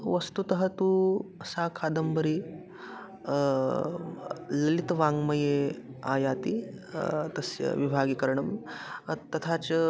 वस्तुतः तु सा कादम्बरी ललितवाङ्मये आयाति तस्य विभागीकरणं तथा च